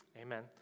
Amen